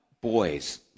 boys